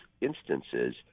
instances